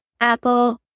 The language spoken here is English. Apple